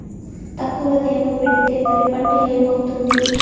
తక్కువ తేమ పెడితే వరి పంట ఏమవుతుంది